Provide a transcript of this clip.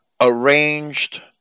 arranged